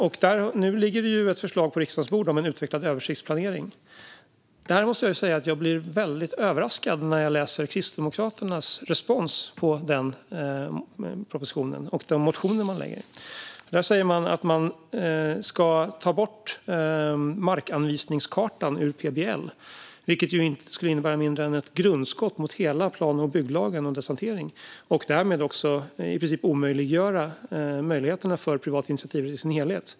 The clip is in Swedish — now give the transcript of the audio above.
Nu ligger ett förslag på riksdagens bord om en utvecklad översiktsplanering. Jag måste säga att jag blir väldigt överraskad när jag läser Kristdemokraternas respons på propositionen och läser den motion man lagt fram. Där säger man att man vill ta bort markanvisningskartan från PBL, vilket ju inte skulle innebära mindre än ett grundskott mot hela plan och bygglagen och dess hantering och därmed i princip omöjliggöra privat initiativrätt i sin helhet.